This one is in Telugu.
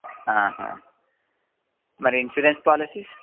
మరి ఇన్సూరెన్స్ పాలసీ